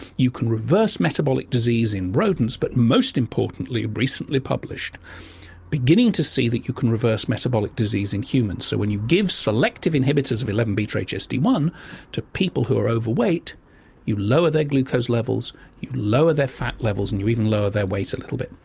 you can reverse metabolic disease in rodents, but most importantly recently published, we're beginning to see that you can reverse metabolic disease in humans. so when you give selective inhibitors of eleven beta h s d one to people who are overweight you lower their glucose levels, you lower their fat levels and you even lower their weight a little bit.